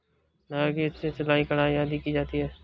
धागे से सिलाई, कढ़ाई आदि की जाती है